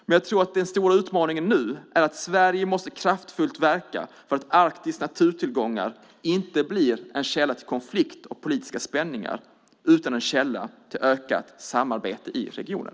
Men jag tror att den stora utmaningen nu är att Sverige måste kraftfullt verka för att Arktis naturtillgångar inte blir en källa till konflikt och politiska spänningar utan en källa till ökat samarbete i regionen.